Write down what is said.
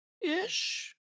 ish